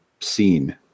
scene